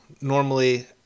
normally